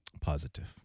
Positive